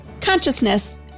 consciousness